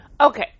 Okay